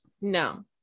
no